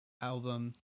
album